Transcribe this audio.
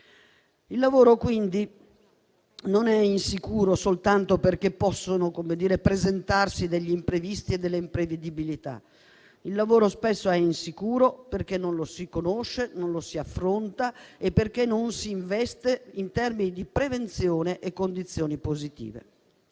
Il lavoro, quindi, non è insicuro soltanto perché possono presentarsi imprevisti e imprevedibilità. Il lavoro spesso è insicuro perché non lo si conosce o non lo si affronta e perché non si investe in termini di prevenzione e condizioni positive.